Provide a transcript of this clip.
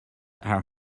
are